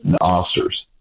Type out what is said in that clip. officers